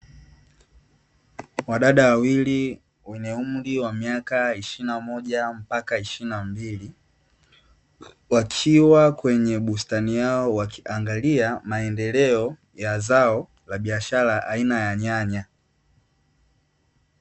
Wadada wawili wenye umri wa miaka ishirini na moja mpaka ishirini na mbili wakiwa kwenye bustani yao wakiangalia maendeleo ya zao la biashara aina ya nyanya .